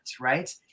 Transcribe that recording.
right